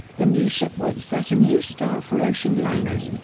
the new ship would set a new style for ocean liners.